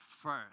first